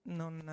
non